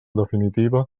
definitiva